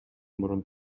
мурун